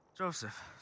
Joseph